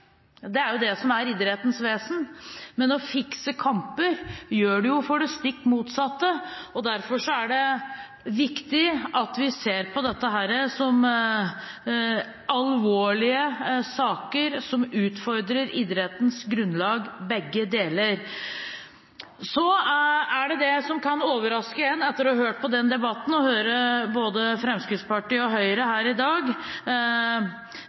for det stikk motsatte. Derfor er det viktig at vi ser på dette som alvorlige saker, der begge deler utfordrer idrettens grunnlag. Det som kan overraske en etter å ha hørt på debatten, er at både Fremskrittspartiet og Høyre i dag